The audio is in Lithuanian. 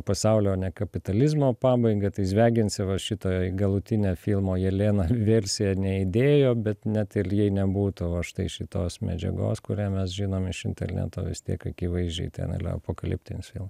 pasaulio o ne kapitalizmo pabaigą tai zviagincevas šito į galutinę filmo jelena versiją neįdėjo bet net il jei nebūtų va štai šitos medžiagos kurią mes žinom iš interneto vis tiek akivaizdžiai ten yra apokaliptinis filma